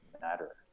matter